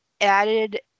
added